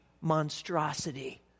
monstrosity